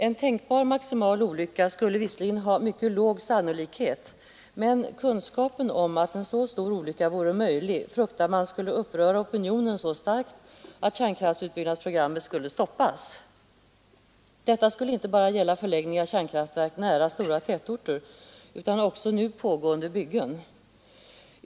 En tänkbar maximal olycka skulle visserligen ha mycket låg sannolikhet, men kunskapen om att en så stor olycka vore möjlig fruktar man skulle uppröra opinionen så starkt att kärnkraftutbyggnadsprogrammet kunde stoppas. Detta skulle inte bara gälla förläggning av kärnkraftverk nära stora tätorter utan också nu pågående byggen.